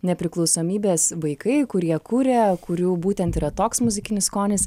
nepriklausomybės vaikai kurie kuria kurių būtent yra toks muzikinis skonis